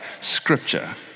scripture